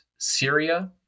Syria